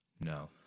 No